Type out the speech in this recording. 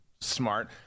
smart